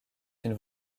une